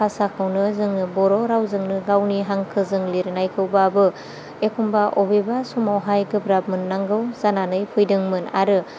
भासाखौनो जोङो बर' रावजोंनो गावनि हांखोजों लिरनायखौबाबो एखनबा अबेबा समावहाय गोब्राब मोननांगौ जानानै फैदोंमोन आरो